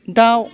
दाउ